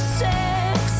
sex